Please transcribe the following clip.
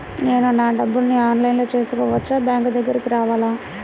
నేను నా డబ్బులను ఆన్లైన్లో చేసుకోవచ్చా? బ్యాంక్ దగ్గరకు రావాలా?